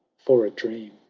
for a dream.